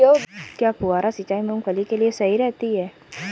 क्या फुहारा सिंचाई मूंगफली के लिए सही रहती है?